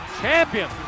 champion